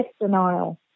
denial